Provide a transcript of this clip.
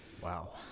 wow